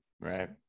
right